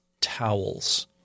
towels